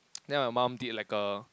then my mum did like a